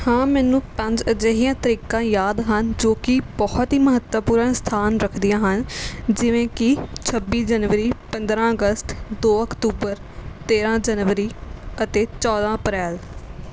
ਹਾਂ ਮੈਨੂੰ ਪੰਜ ਅਜਿਹੀਆਂ ਤਰੀਕਾਂ ਯਾਦ ਹਨ ਜੋ ਕਿ ਬਹੁਤ ਹੀ ਮਹੱਤਵਪੂਰਨ ਸਥਾਨ ਰੱਖਦੀਆਂ ਹਨ ਜਿਵੇਂ ਕਿ ਛੱਬੀ ਜਨਵਰੀ ਪੰਦਰ੍ਹਾਂ ਅਗਸਤ ਦੋ ਅਕਤੂਬਰ ਤੇਰ੍ਹਾਂ ਜਨਵਰੀ ਅਤੇ ਚੌਦ੍ਹਾਂ ਅਪ੍ਰੈਲ